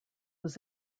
was